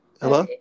Hello